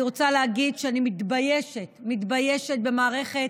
אני רוצה להגיד שאני מתביישת, מתביישת במערכת,